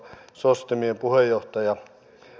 demien puheenjohtaja